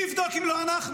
מי יבדוק אם לא אנחנו?